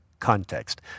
context